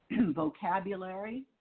vocabulary